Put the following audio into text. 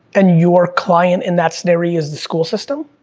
and, your client in that scenario is the school system?